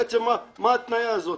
בעצם מה ההתניה הזאת?